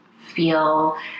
feel